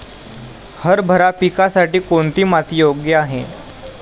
हरभरा पिकासाठी कोणती माती योग्य आहे?